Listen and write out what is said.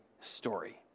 story